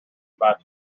about